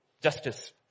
Justice